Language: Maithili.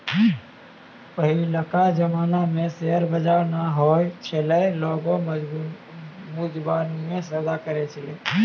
पहिलका जमाना मे शेयर बजार नै होय छलै लोगें मुजबानीये सौदा करै छलै